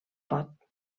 pot